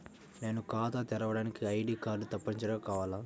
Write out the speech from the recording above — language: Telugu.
నేను ఖాతా తెరవడానికి ఐ.డీ కార్డు తప్పనిసారిగా కావాలా?